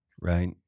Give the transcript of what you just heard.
Right